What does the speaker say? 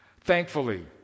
Thankfully